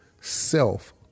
self